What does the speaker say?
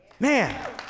Man